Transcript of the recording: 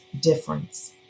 difference